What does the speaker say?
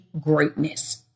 greatness